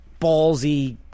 ballsy